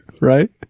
Right